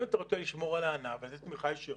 אם אתה רוצה לשמור על הענף, לתת תמיכה ישירה,